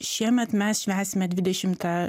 šiemet mes švęsime dvidešimtą